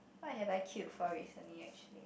what have I queued for recently actually